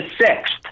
sixth